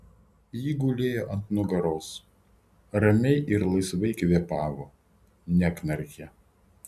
ji gulėjo ant nugaros ramiai ir laisvai kvėpavo neknarkė